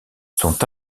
sont